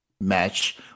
match